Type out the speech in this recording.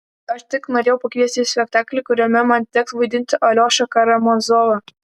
aš tik norėjau pakviesti į spektaklį kuriame man teks vaidinti aliošą karamazovą